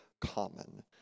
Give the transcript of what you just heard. common